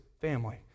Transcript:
family